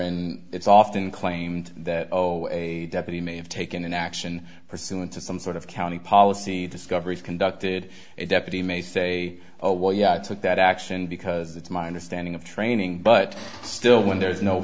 and it's often claimed that you may have taken an action pursuant to some sort of county policy discoveries conducted a deputy may say well yeah i took that action because it's my understanding of training but still when there is no